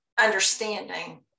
understanding